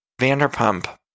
Vanderpump